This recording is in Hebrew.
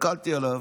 הסתכלתי עליו,